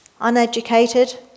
uneducated